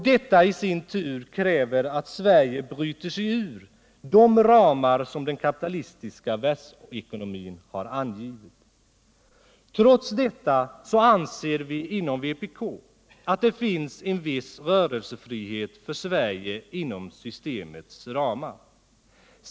Detta i sin tur kräver att Sverige bryter sig ur de ramar som den kapitalistiska världsekonomin har angivit. Trots detta anser vi inom vpk att det finns en viss rörelsefrihet för Sverige inom systemets ramar.